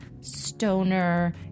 stoner